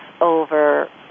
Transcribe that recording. Over